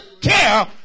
care